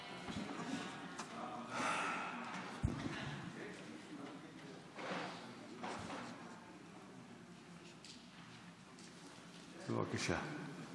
בבקשה.